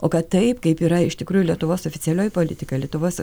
o kad taip kaip yra iš tikrųjų lietuvos oficialioji politika lietuvos